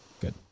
Good